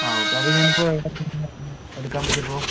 ആ ഓക്കെ അപ്പോൾ ഞാൻ ഇപ്പോൾ ഇവിടുന്ന് വന്നാൽ എടുക്കാൻ പറ്റുമോ ഇപ്പോൾ